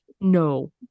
No